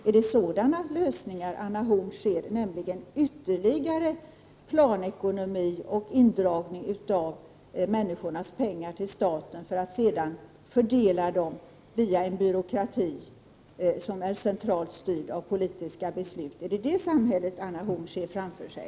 Är det sådana lösningar Anna Horn af Rantzien ser, nämligen ytterligare planekonomi och indragning av människornas pengar till staten för att sedan fördelas via en byråkrati, centralt styrd av politiska beslut? Är det det samhället Anna Horn af Rantzien ser framför sig?